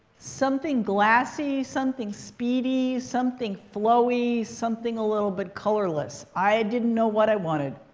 something glassy, something speedy, something flowy, something a little bit colorless. i didn't know what i wanted.